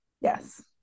Yes